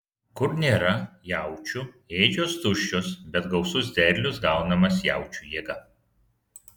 kur nėra jaučių ėdžios tuščios bet gausus derlius gaunamas jaučių jėga